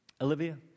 Olivia